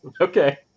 Okay